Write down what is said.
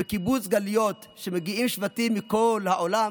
בקיבוץ גלויות, כשמגיעים שבטים מכל העולם,